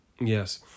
yes